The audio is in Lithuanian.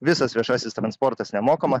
visas viešasis transportas nemokama